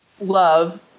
love